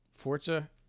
Forza